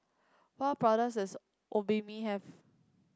what product does Obimin have